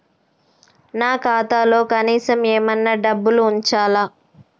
నా ఖాతాలో కనీసం ఏమన్నా డబ్బులు ఉంచాలా?